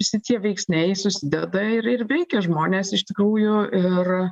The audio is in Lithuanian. visi tie veiksniai susideda ir ir veikia žmones iš tikrųjų ir